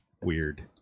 weird